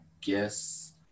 guess